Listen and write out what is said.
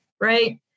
right